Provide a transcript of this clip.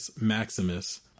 Maximus